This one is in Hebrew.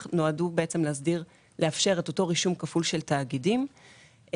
נועדו לאפשר את אותו רישום כפול של תאגידים ובמסגרת